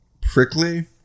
prickly